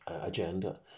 agenda